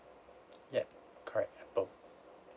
ya correct apple